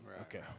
Okay